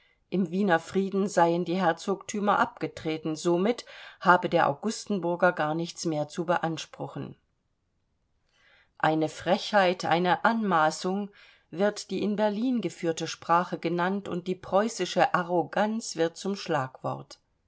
im wiener frieden seien die herzogtümer abgetreten somit habe der augustenburger gar nichts mehr zu beanspruchen eine frechheit eine anmaßung wird die in berlin geführte sprache genannt und die preußische arroganz wird zum schlagwort